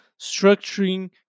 structuring